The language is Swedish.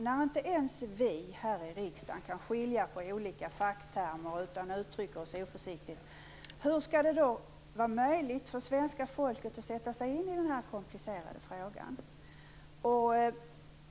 När inte ens vi här i riksdagen kan skilja på olika facktermer utan uttrycker oss oförsiktigt, hur skall det då vara möjligt för svenska folket att sätta sig in i den här komplicerade frågan?